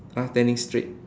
ah turning straight